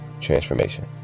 transformation